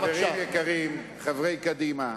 חברים יקרים, חברי קדימה,